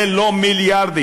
זה לא מיליארדים.